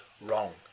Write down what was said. wrong